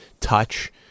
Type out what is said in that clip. Touch